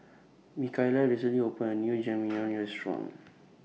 Mikaila recently opened A New Jajangmyeon Restaurant